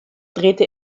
drehte